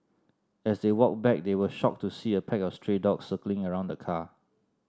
as they walked back they were shocked to see a pack of stray dogs circling around the car